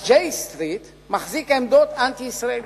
ה-J Street מחזיק בעמדות אנטי-ישראליות,